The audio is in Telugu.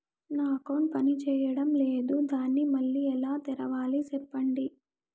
నా అకౌంట్ పనిచేయడం లేదు, దాన్ని మళ్ళీ ఎలా తెరవాలి? సెప్పండి